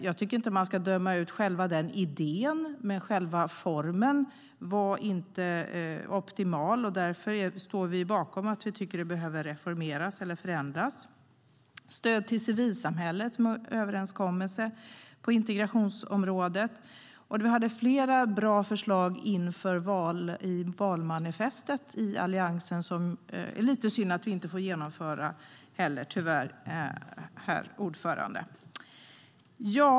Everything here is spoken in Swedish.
Jag tycker inte att man ska döma ut idén, men själva formen var inte optimal. Där står vi bakom att detta med etableringslotsarna behöver reformeras eller förändras. En annan överenskommelse på integrationsområdet var också stöd till civilsamhället. Vi hade också flera bra förslag i Alliansens valmanifest. Det är lite synd att vi tyvärr inte får genomföra dem.